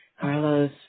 Carlos